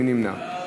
מי נמנע?